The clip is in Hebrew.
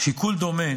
שיקול דומה